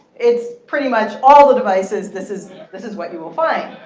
it's pretty much all the devices. this is this is what you will find.